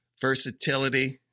Versatility